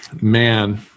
man